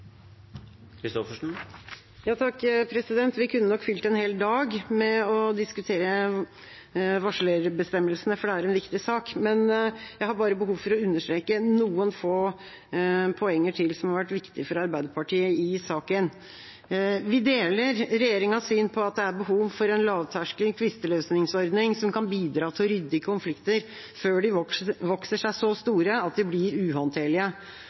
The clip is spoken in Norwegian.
en viktig sak, men jeg har bare behov for å understreke noen få poenger til som har vært viktige for Arbeiderpartiet i saken. Vi deler regjeringas syn på at det er behov for en lavterskel tvisteløsningsordning som kan bidra til å rydde i konflikter før de vokser seg så store at de blir uhåndterlige.